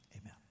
Amen